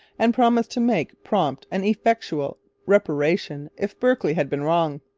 and promised to make prompt and effectual reparation if berkeley had been wrong.